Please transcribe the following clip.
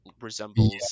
resembles